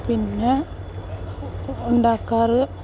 പിന്നെ ഉണ്ടാക്കാറ്